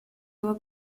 его